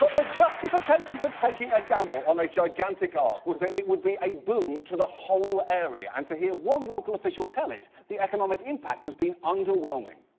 justification for taking a gamble on a gigantic ark, was that it would be a boom to the whole area, and um to hear one local official tell it, the economic impact has been underwhelming.